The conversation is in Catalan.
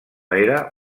era